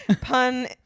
Pun